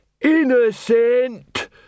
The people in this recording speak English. innocent